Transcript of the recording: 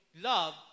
love